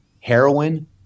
heroin